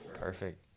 Perfect